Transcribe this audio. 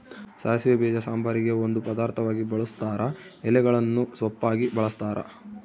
ಸಾಸಿವೆ ಬೀಜ ಸಾಂಬಾರಿಗೆ ಒಂದು ಪದಾರ್ಥವಾಗಿ ಬಳುಸ್ತಾರ ಎಲೆಗಳನ್ನು ಸೊಪ್ಪಾಗಿ ಬಳಸ್ತಾರ